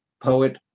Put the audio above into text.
poet